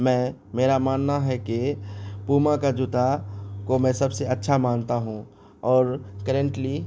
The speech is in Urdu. میں میرا ماننا ہے کہ پوما کا جوتا کو میں سب سے اچھا مانتا ہوں اور کرنٹلی